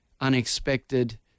unexpected